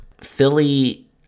Philly